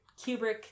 Kubrick